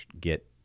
get